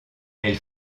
elle